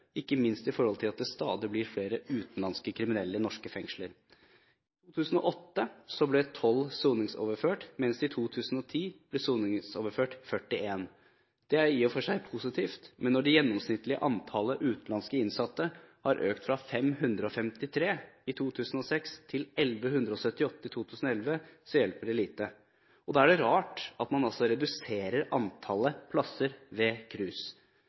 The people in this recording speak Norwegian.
ikke minst i forhold til at det stadig blir flere utenlandske kriminelle i norske fengsler. I 2008 ble tolv soningsoverført, mens i 2010 ble 41 soningsoverført. Det er i og for seg positivt, men når det gjennomsnittlige antallet utenlandske innsatte har økt fra 553 i 2006 til 1 178 i 2011, så hjelper det lite. Da er det rart at man altså reduserer antallet plasser ved KRUS.